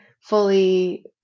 fully